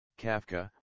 Kafka